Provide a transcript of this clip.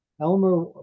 Elmer